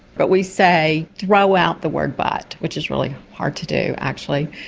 but we say throw out the word but, which is really hard to do actually.